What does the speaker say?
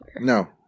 No